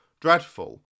dreadful